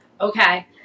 okay